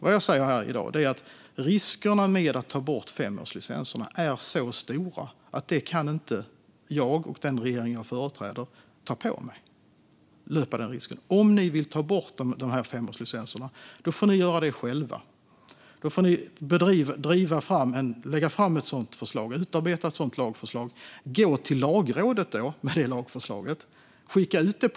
Vad jag säger här i dag är att riskerna med att ta bort femårslicenserna är så stora att varken jag eller den regering jag företräder kan ta på oss det. Låt mig påminna om att det här inte handlar om jaktvapen utan om automatvapen, pistoler och särskilt stöldbegärlig egendom.